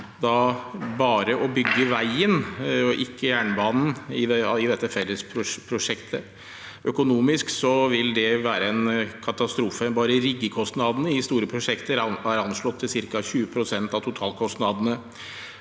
bare å bygge veien og ikke jernbanen, i dette fellesprosjektet. Økonomisk vil det være en katastrofe. Bare riggekostnadene i store prosjekter er anslått til ca. 20 pst. av totalkostnadene.